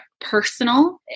personal